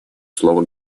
слово